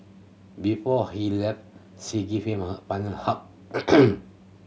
before he left she gave him a final hug